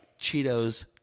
Cheetos